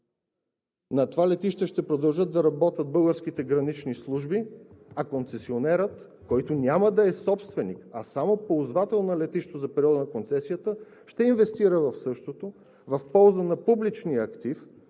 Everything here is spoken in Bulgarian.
На това летище ще продължат да работят българските гранични служби, а концесионерът, който няма да е собственик, а само ползвател на летището за периода на концесията, ще инвестира в същото в полза на публичния актив,